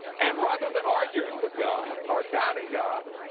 and rather than arguing with god or doubting god,